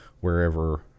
wherever